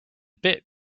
bit